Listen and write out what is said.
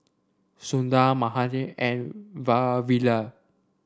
Sundar Mahade and Vavilala